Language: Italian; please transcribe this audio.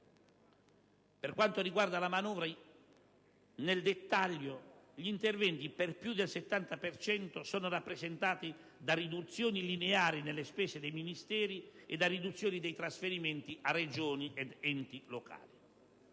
Per quanto riguarda la manovra, nel dettaglio, gli interventi per più del 70 per cento sono rappresentati da riduzioni lineari nelle spese dei Ministeri e da riduzioni dei trasferimenti a Regioni ed enti locali.